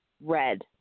red